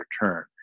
return